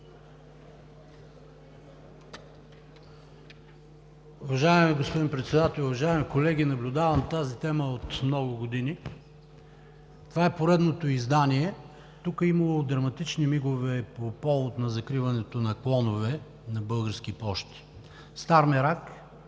Уважаеми господин Председател, уважаеми колеги! Наблюдавам тази тема от много години. Това е поредното издание. Тук е имало драматични мигове по повод на закриването на клонове на Български пощи. Стар мерак!